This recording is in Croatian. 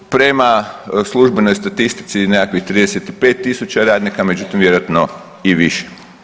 Prema službenoj statistici nekakvih 35.000 radnika, međutim vjerojatno i više.